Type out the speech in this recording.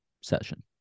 session